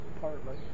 Partly